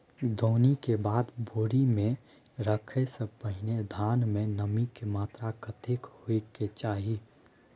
दौनी के बाद बोरी में रखय के पहिने धान में नमी के मात्रा कतेक होय के चाही?